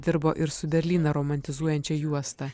dirbo ir su berlyną romantizuojančią juosta